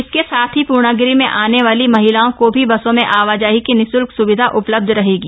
इसके साथ ही पूर्णागिरी में आने वाली महिलाओं को भी बसों में आवाजाही की निश्ल्क सेवा उपलब्ध रहेगी